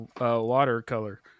Watercolor